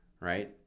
Right